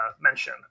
mention